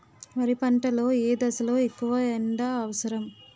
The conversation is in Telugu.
వరి పంట లో ఏ దశ లొ ఎక్కువ ఎండా అవసరం?